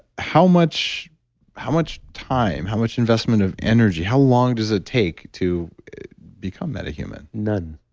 how much how much time, how much investment of energy, how long does it take, to become metahuman? none